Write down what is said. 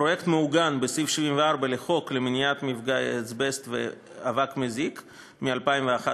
הפרויקט מעוגן בסעיף 74 לחוק למניעת מפגעי אסבסט ואבק מזיק מ-2011,